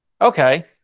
Okay